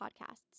podcasts